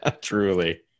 Truly